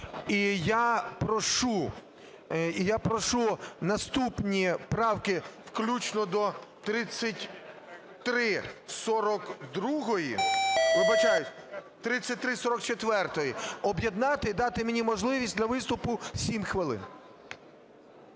І я прошу наступні правки включно до 3342… вибачаюсь, 3344, об'єднати і дати мені можливість для виступу 7 хвилин.